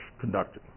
conducted